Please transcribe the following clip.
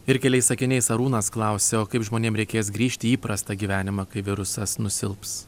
ir keliais sakiniais arūnas klausia o kaip žmonėm reikės grįžt į įprastą gyvenimą kai virusas nusilps